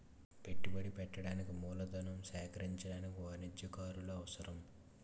పెట్టుబడి పెట్టడానికి మూలధనం సేకరించడానికి వాణిజ్యకారులు అవసరం